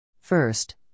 First